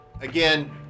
again